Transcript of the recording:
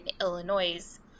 Illinois